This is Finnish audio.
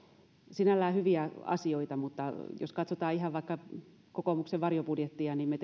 sinällään hyviä asioita mutta jos katsotaan ihan vaikka kokoomuksen varjobudjettia niin me